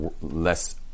less